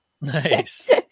Nice